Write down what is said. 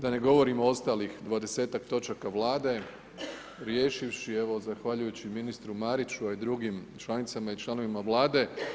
Da ne govorimo o ostalih 20-tak točaka Vlade riješivši evo, zahvaljujući ministru Mariću a i drugim članicama i članovima Vlade.